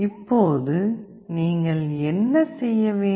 இப்போது நீங்கள் என்ன செய்ய வேண்டும்